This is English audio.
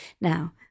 Now